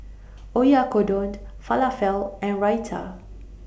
Oyakodon Falafel and Raita